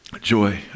joy